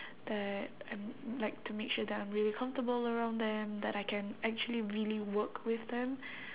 that I'm like to make sure that I'm really comfortable around them that I can actually really work with them